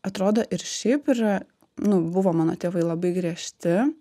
atrodo ir šiaip yra nu buvo mano tėvai labai griežti